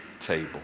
table